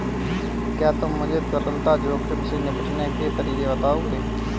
क्या तुम मुझे तरलता जोखिम से निपटने के तरीके बताओगे?